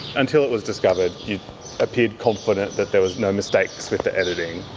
until it was discovered, you appeared confident that there was no mistakes with the editing.